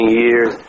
years